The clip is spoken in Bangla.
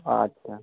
আচ্ছা